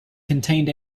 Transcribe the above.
contained